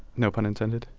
no pun intended?